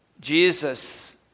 Jesus